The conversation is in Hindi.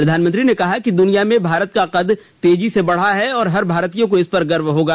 प्रधानमंत्री ने कहा कि दुनिया में भारत का कद तेजी से बढ़ रहा है और हर भारतीय को इस पर गर्व होगा